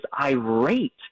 irate